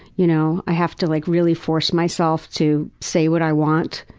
you know, i have to like really force myself to say what i want.